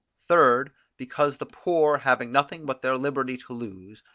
third, because the poor having nothing but their liberty to lose,